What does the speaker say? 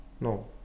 no